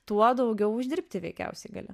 tuo daugiau uždirbti veikiausiai gali